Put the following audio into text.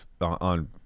on